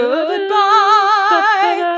Goodbye